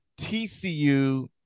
TCU